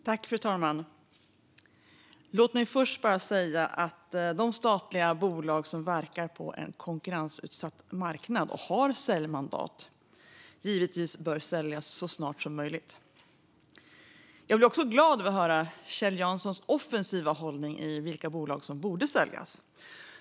Fru talman! Låt mig först bara säga att de statliga bolag som verkar på en konkurrensutsatt marknad och har säljmandat givetvis bör säljas så snart som möjligt. Jag blir också glad över att höra Kjell Janssons offensiva hållning i vilka bolag som borde säljas.